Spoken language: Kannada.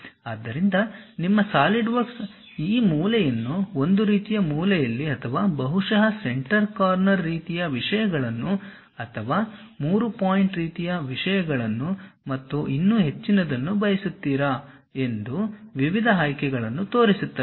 ಆದ್ದರಿಂದ ನಿಮ್ಮ ಸಾಲಿಡ್ವರ್ಕ್ ಈ ಮೂಲೆಯನ್ನು ಒಂದು ರೀತಿಯ ಮೂಲೆಯಲ್ಲಿ ಅಥವಾ ಬಹುಶಃ ಸೆಂಟರ್ ಕಾರ್ನರ್ ರೀತಿಯ ವಿಷಯಗಳನ್ನು ಅಥವಾ 3 ಪಾಯಿಂಟ್ ರೀತಿಯ ವಿಷಯಗಳನ್ನು ಮತ್ತು ಇನ್ನೂ ಹೆಚ್ಚಿನದನ್ನು ಬಯಸುತ್ತೀರಾ ಎಂದು ವಿವಿಧ ಆಯ್ಕೆಗಳನ್ನು ತೋರಿಸುತ್ತದೆ